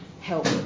help